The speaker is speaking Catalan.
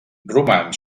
roman